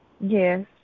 Yes